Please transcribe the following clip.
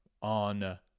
on